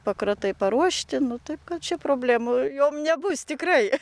pakratai paruošti nu taip kad čia problemų jom nebus tikrai